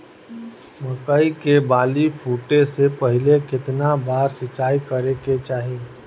मकई के बाली फूटे से पहिले केतना बार सिंचाई करे के चाही?